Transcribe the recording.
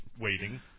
waiting